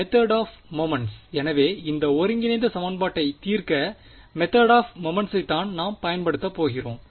method of moments எனவே இந்த ஒருங்கிணைந்த சமன்பாட்டைத் தீர்க்க மெதேட் ஆப் மொமெண்ட்சைதான் நாம் பயன்படுத்த போகிறோம்